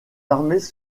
armées